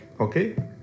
Okay